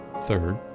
Third